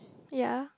ya